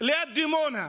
ליד דימונה,